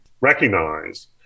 recognize